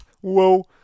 Whoa